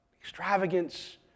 Extravagance